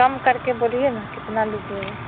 कम कर के बोलिए ना कितना लीजिएगा